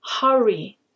Hurry